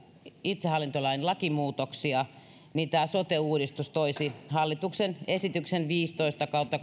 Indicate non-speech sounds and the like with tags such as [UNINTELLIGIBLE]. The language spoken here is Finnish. itsehallintolain lakimuutoksia sote uudistus toisi hallituksen esityksen viisitoista kautta [UNINTELLIGIBLE]